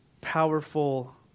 powerful